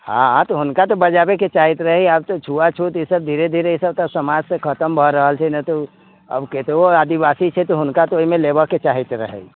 हँ हँ तऽ हुनका तऽ बजाबैके चाहैके रहै आब तऽ छुआछूत धीरे धीरे ईसब तऽ समाजसँ खतम भऽ रहल छै नहि तऽ ओ आब कतबो आदिवासी छै हुनका तऽ ओहिमे लेबऽके चाहैके रहै